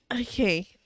okay